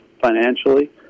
financially